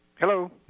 Hello